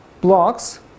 blocks